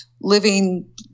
living